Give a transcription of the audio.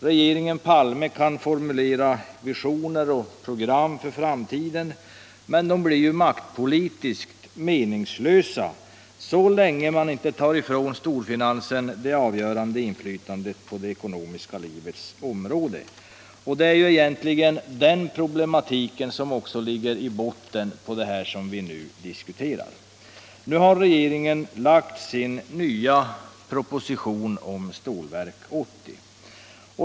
Regeringen Palme kan visserligen formulera visioner och program för framtiden, men dessa blir ju maktpolitiskt meningslösa så länge man inte tar ifrån storfinansen dess avgörande inflytande på det ekonomiska livets område. Det är egentligen den problematiken som ligger i botten på det som vi här diskuterar. Nu har regeringen lagt fram sin nya proposition om Stålverk 80.